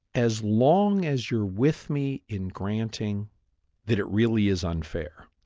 as long as you're with me in granting that it really is unfair,